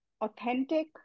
authentic